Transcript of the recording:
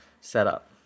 setup